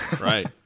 Right